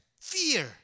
fear